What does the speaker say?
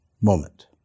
moment